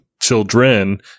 children